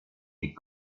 est